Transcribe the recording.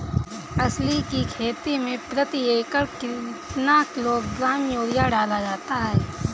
अलसी की खेती में प्रति एकड़ कितना किलोग्राम यूरिया डाला जाता है?